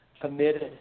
committed